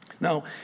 Now